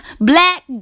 Black